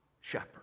shepherd